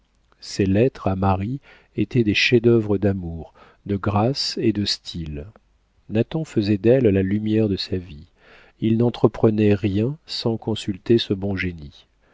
ses lettres à marie étaient des chefs-d'œuvre d'amour de grâce et de style nathan faisait d'elle la lumière de sa vie il n'entreprenait rien sans consulter son bon génie